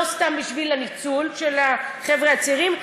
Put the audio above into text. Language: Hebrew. לא סתם בשביל הניצול של החבר'ה הצעירים,